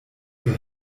für